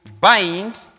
bind